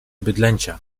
bydlęcia